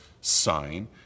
sign